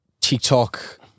TikTok